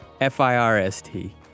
F-I-R-S-T